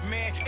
Man